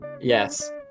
Yes